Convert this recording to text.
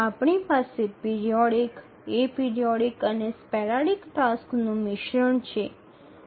આપણી પાસે periodic aperiodic અને સ્પેરાડિક ટાસક્સનું મિશ્રણ છે